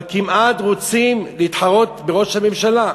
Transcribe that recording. אבל כמעט רוצים להתחרות בראש הממשלה.